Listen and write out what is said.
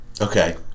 Okay